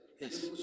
Yes